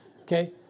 Okay